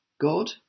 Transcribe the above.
God